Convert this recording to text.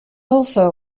also